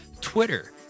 Twitter